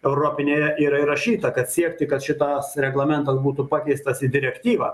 europinėje yra įrašyta kad siekti kad šitas reglamentas būtų pakeistas į direktyvą